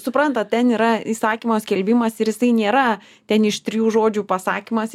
suprantat ten yra įsakymo skelbimas ir jisai nėra ten iš trijų žodžių pasakymas